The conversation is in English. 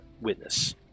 Witness